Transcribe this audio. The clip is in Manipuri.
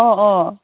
ꯑꯣ ꯑꯣ